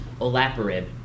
Olaparib